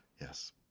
yes